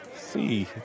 see